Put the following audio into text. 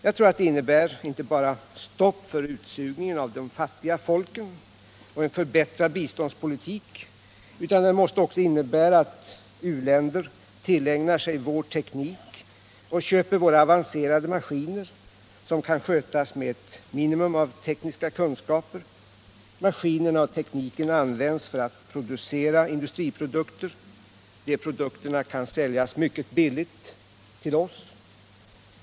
Jag tror att den inte bara innebär stopp för utsugningen av de fattiga folken och en förbättrad biståndspolitik, utan den måste också innebära att u-länder tillägnar sig vår teknik och köper våra avancerade maskiner, som kan skötas med ett minimum av tekniska kunskaper. Maskinerna och tekniken används för att producera industriprodukter. De produkterna kan säljas mycket billigt till oss.